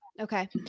Okay